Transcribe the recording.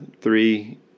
three